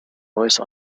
voice